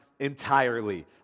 entirely